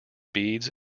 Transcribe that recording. beads